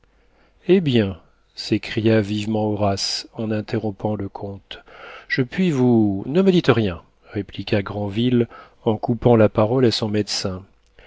hé bien s'écria vivement horace en interrompant le comte je puis vous ne me dites rien répliqua granville en coupant la parole à son médecin